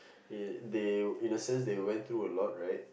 eh they in a sense they went true a lot right